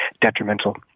detrimental